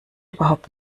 überhaupt